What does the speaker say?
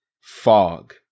fog